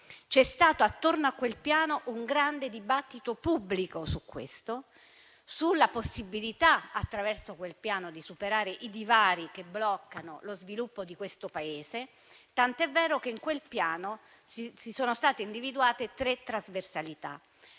C'è stato, attorno a quel piano, un grande dibattito pubblico, su questo e sulla possibilità, attraverso quel piano, di superare i divari che bloccano lo sviluppo del Paese, tant'è vero che sono state individuate tre trasversalità.